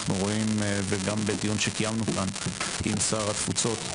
אנחנו רואים וגם בדיון שקיימנו כאן עם שר התפוצות